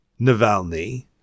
Navalny